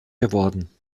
geworden